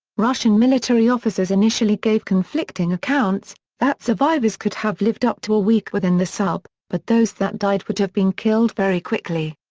russian military officers initially gave conflicting accounts, that survivors could have lived up to a week within the sub, but those that died would have been killed very quickly.